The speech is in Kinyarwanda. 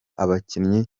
abakinnyi